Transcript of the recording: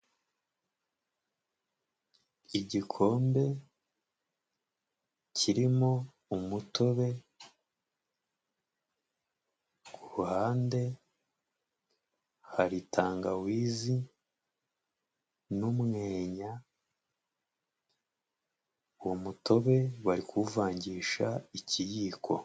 Igikombe, kirimo umutobe, ku ruhande hari tangawizi n'umwenya, umutobe bari kuwuvangisha ikiyiko.